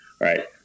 Right